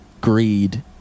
greed